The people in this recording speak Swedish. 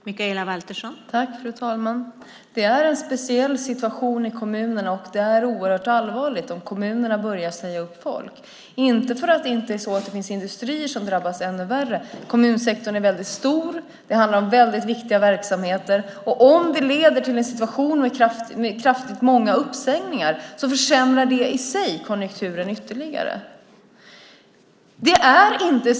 Fru talman! Det är en speciell situation i kommunerna, och det är oerhört allvarligt om kommunerna börjar säga upp folk. Det finns industrier som drabbas ännu värre, men kommunsektorn är väldigt stor och det handlar om viktiga verksamheter. Om det blir en situation med många uppsägningar försämrar det konjunkturen ytterligare.